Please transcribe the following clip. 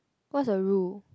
what's the rule